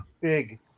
big